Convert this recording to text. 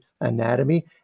anatomy